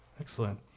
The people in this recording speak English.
Excellent